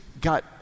got